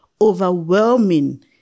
overwhelming